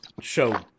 show